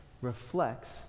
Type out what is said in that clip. reflects